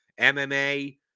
MMA